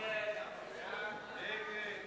ההצעה להסיר מסדר-היום